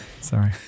sorry